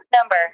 number